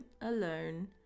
alone